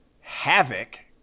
Havoc